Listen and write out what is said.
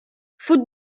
faute